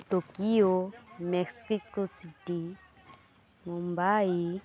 Tokyo Mexico City Mumbai